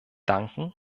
danken